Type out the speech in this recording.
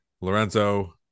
Lorenzo